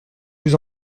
vous